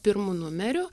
pirmu numeriu